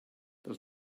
there